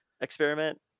experiment